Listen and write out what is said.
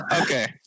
Okay